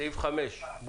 סעיף 4 אושר.